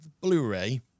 Blu-ray